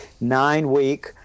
nine-week